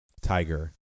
Tiger